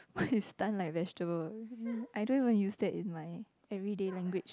what is stun like vegetable I don't even use that in my everyday language